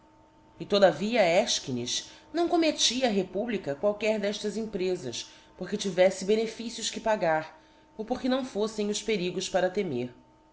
e todavia esce não commettia a republica qualquer d'eftas emprezas porque tiveffe benefícios que pagar ou porque não foffem os perigos para temer